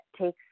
takes